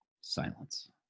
Silence